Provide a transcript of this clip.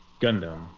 Gundam